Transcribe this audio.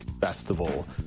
Festival